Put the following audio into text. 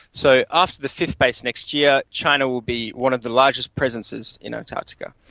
so after the fifth base next year, china will be one of the largest presences in antarctica.